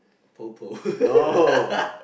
popo